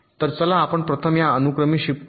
तर चला आपण प्रथम या अनुक्रमे शिफ्ट करू